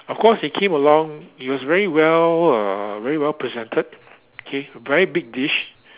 of course it came along it was very well uh very well presented K a very big dish